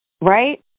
right